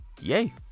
Yay